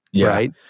right